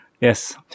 yes